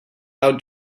out